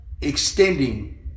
extending